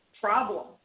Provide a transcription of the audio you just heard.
problem